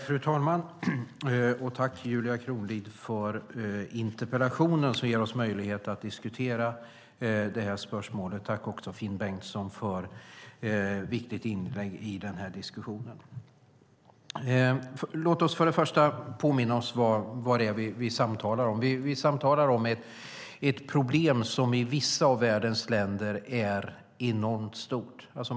Fru talman! Jag tackar Julia Kronlid för interpellationen som ger oss möjlighet att diskutera detta spörsmål. Jag tackar även Finn Bengtsson för ett viktigt inlägg i denna diskussion. Låt mig påminna om vad det är som vi samtalar om. Vi samtalar om ett problem som i vissa av världens länder är enormt stort.